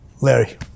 Larry